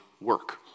work